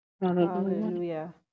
Hallelujah